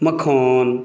मखान